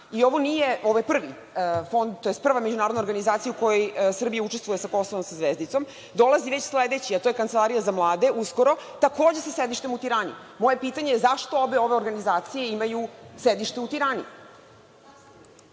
Ovo je prvi fond, tj. prva međunarodna organizacija u kojoj Srbija učestvuje sa Kosovom sa zvezdicom. Dolazi već sledeći, a to je Kancelarija za mlade, uskoro, takođe sa sedištem u Tirani. Moje pitanje je – zašto obe ove organizacije imaju sedište u Tirani? Na